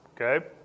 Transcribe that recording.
okay